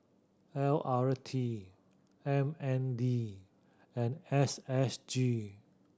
L R T M N D and S S G